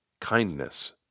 kindness